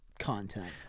content